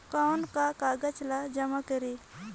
कौन का कागज ला जमा करी?